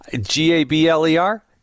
g-a-b-l-e-r